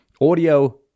Audio